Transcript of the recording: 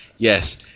Yes